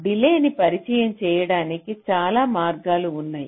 delay న్ని పరిచయం చేయడానికి చాలా మార్గాలు ఉన్నాయి